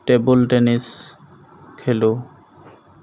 table tennis খেলোঁ